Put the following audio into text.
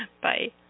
Bye